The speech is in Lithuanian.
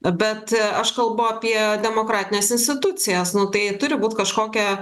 bet a aš kalbu apie demokratines institucijas nu tai turi būt kažkokia